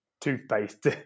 toothpaste